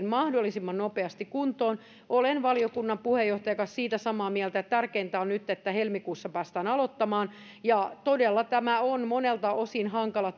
mahdollisimman nopeasti kuntoon olen valiokunnan puheenjohtajan kanssa samaa mieltä siitä että nyt on tärkeintä että helmikuussa päästään aloittamaan tämä todella on monelta osin hankala